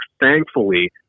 thankfully